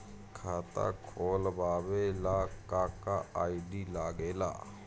खाता खोलवावे ला का का आई.डी लागेला?